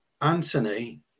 Anthony